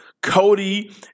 Cody